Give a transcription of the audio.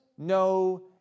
No